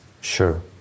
Sure